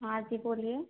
हाँ जी बोलिए